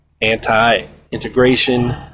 anti-integration